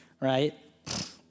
right